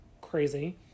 crazy